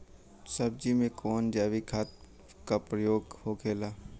सब्जी में कवन जैविक खाद का प्रयोग होखेला?